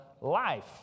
life